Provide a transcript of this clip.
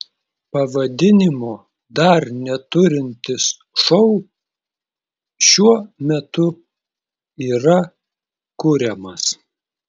pavadinimo dar neturintis šou šiuo metu yra kuriamas